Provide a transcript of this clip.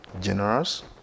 generous